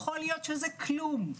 יכול להיות שזה כלום,